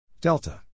delta